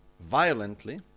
Violently